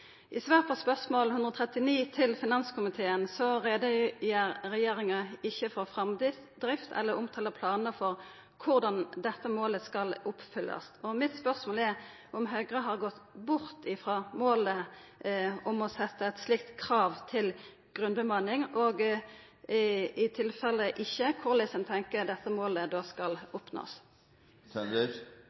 I svar på spørsmål nr. 139 til finanskomiteen gjer ikkje regjeringa greie for framdrift eller omtaler planar for korleis dette målet skal oppfyllast. Spørsmålet mitt er om Høgre har gått bort frå målet om å setja eit slikt krav til grunnbemanning. Og i tilfelle ikkje, korleis tenkjer ein at dette målet då skal